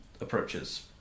approaches